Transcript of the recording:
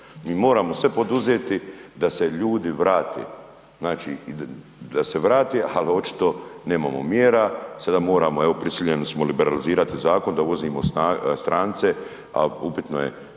Mi moramo sve poduzeti da se ljudi vrate, da se vrate ali očito nemamo mjera. Sada moramo evo prisiljeni smo liberalizirati zakon da uvozimo strance, a upitno je